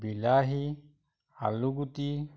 বিলাহী আলুগুটি